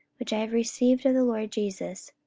which i have received of the lord jesus,